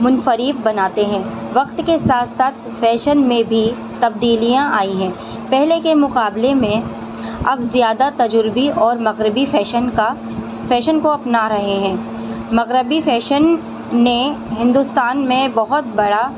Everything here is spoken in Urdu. منفریب بناتے ہیں وقت کے ساتھ ساتھ فیشن میں بھی تبدیلیاں آئی ہیں پہلے کے مقابلے میں اب زیادہ تجربی اور مغربی فیشن کا فیشن کو اپنا رہے ہیں مغربی فیشن نے ہندوستان میں بہت بڑا